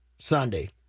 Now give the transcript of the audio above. Sunday